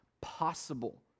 possible